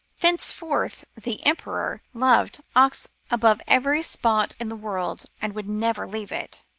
thenceforth the emperor loved aix above every spot in the world, and would never leave it